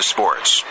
Sports